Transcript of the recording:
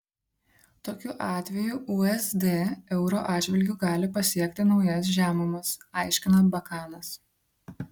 tokiu atveju usd euro atžvilgiu gali pasiekti naujas žemumas aiškina bakanas